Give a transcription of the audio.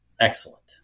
excellent